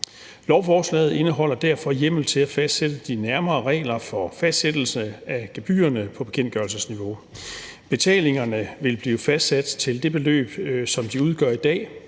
Lovforslaget indeholder derfor hjemmel til at fastsætte de nærmere regler for fastsættelse af gebyrerne på bekendtgørelsesniveau. Betalingerne vil blive fastsat til det beløb, som de udgør i dag